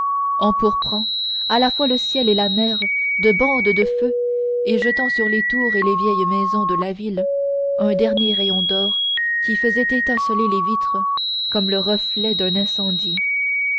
empourprant à la fois le ciel et la mer de bandes de feu et jetant sur les tours et les vieilles maisons de la ville un dernier rayon d'or qui faisait étinceler les vitres comme le reflet d'un incendie